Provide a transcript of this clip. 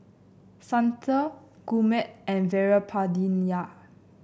Santha Gurmeet and Veerapandiya